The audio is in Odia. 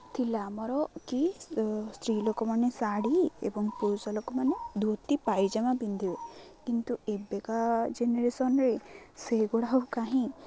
ଥିଲା ଆମର କି ସ୍ତ୍ରୀ ଲୋକମାନେ ଶାଢ଼ୀ ଏବଂ ପୁରୁଷ ଲୋକମାନେ ଧୋତି ପାଇଜାମା ପିନ୍ଧିବେ କିନ୍ତୁ ଏବେକା ଜେନେରେସନ୍ରେ ସେଗୁଡ଼ା ଆଉ କାହିଁ